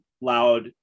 loud